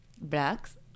Blacks